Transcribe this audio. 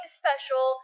special